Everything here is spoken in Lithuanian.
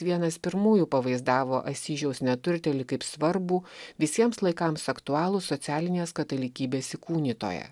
vienas pirmųjų pavaizdavo asyžiaus neturtėlį kaip svarbų visiems laikams aktualų socialinės katalikybės įkūnytoją